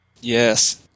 Yes